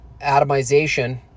atomization